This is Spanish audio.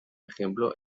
ejemplo